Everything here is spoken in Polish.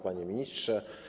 Panie Ministrze!